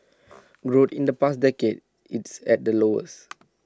growth in the past decade its at the lowest